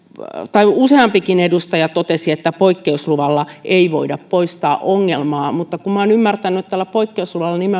useampikin edustaja totesi että poikkeusluvalla ei voida poistaa ongelmaa mutta kun minä olen ymmärtänyt että tällä poikkeusluvalla